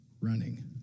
running